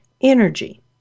energy